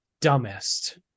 dumbest